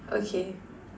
okay